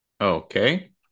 Okay